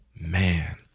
Man